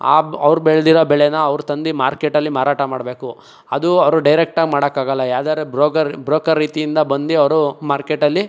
ಆ ಅವ್ರು ಬೆಳೆದಿರೋ ಬೆಳೇನ ಅವ್ರು ತಂದು ಮಾರ್ಕೆಟಲ್ಲಿ ಮಾರಾಟ ಮಾಡಬೇಕು ಅದು ಅವರು ಡೈರೆಕ್ಟಾಗಿ ಮಾಡೋಕ್ಕಾಗೋಲ್ಲ ಯಾವ್ದಾರು ಬ್ರೋಕರ್ ಬ್ರೋಕರ್ ರೀತಿಯಿಂದ ಬಂದು ಅವರು ಮಾರ್ಕೆಟಲ್ಲಿ